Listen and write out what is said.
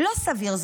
לא סביר.